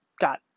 got